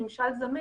למשל,